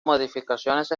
modificaciones